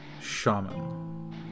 shaman